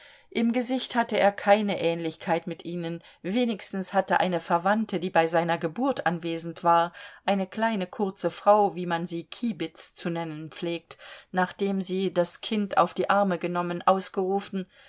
im gesicht hatte er keine ähnlichkeit mit ihnen wenigstens hatte eine verwandte die bei seiner geburt anwesend war eine kleine kurze frau wie man sie kiebitz zu nennen pflegt nachdem sie das kind auf die arme genommen ausgerufen